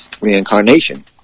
reincarnation